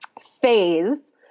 phase